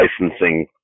licensing